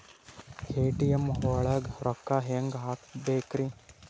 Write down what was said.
ATM ಒಳಗ್ ರೊಕ್ಕ ಹೆಂಗ್ ಹ್ಹಾಕ್ಬೇಕ್ರಿ?